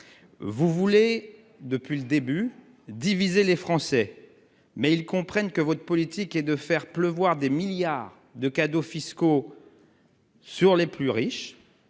vous voulez diviser les Français, mais ils comprennent que votre politique est de faire pleuvoir des milliards d'euros de cadeaux fiscaux sur les plus riches